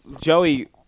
Joey